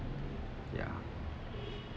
ya